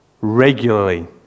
regularly